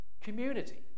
community